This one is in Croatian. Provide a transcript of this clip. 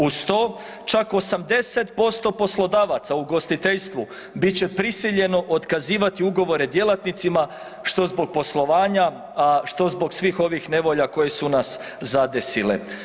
Uz to čak 80% poslodavaca u ugostiteljstvu bit će prisiljeno otkazivati ugovore djelatnicima što zbog poslovanja, a što zbog svih ovih nevolja koje su nas zadesile.